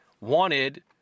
wanted